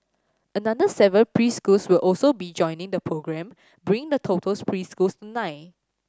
another seven preschools will also be joining the programme bringing the totals preschools to nine